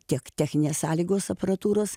tiek techninės sąlygos aparatūros